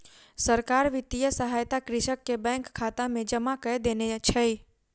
सरकार वित्तीय सहायता कृषक के बैंक खाता में जमा कय देने छै